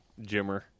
Jimmer